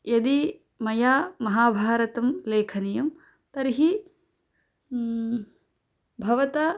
यदि मया महाभारतं लेखनीयं तर्हि भवता